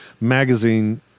Magazine